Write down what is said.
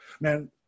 man